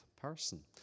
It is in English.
person